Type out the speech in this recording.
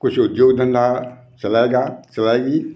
कुछ उद्योग धंधा चलाएगा चलाएगी